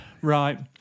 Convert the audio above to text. Right